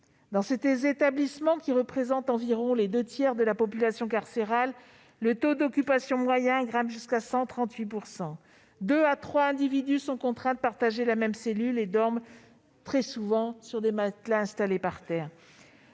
Dans ces établissements, qui représentent environ les deux tiers de la population carcérale, le taux d'occupation moyen grimpe jusqu'à 138 %. Deux à trois individus sont donc contraints de partager la même cellule et dorment, très souvent, sur des matelas installés par terre.